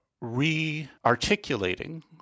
re-articulating